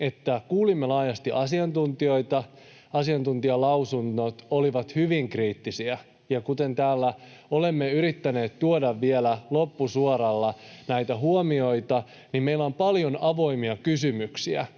kuulimme laajasti asiantuntijoita ja asiantuntijalausunnot olivat hyvin kriittisiä. Kuten täällä olemme yrittäneet tuoda vielä loppusuoralla näitä huomioita, niin meillä on paljon avoimia kysymyksiä,